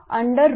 322